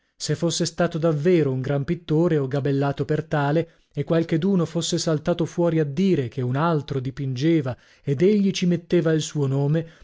se fosse stato davvero un gran pittore o gabellato per tale e qualcheduno fosse saltato fuori a dire che un altro dipingeva ed egli ci metteva il suo nome